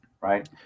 Right